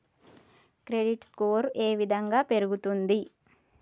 Credit score ఏ విధంగా పెరుగుతుంది?